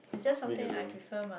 we alone